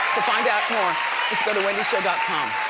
to find out more is go to wendyshow but com.